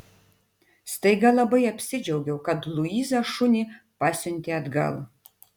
staiga labai apsidžiaugiau kad luiza šunį pasiuntė atgal